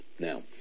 now